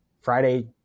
Friday